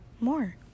More